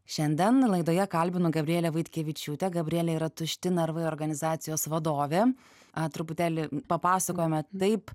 šiandien laidoje kalbinu gabrielę vaitkevičiūtę gabrielė yra tušti narvai organizacijos vadovė a truputėlį papasakojome taip